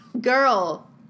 Girl